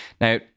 Now